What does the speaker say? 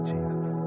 Jesus